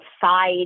side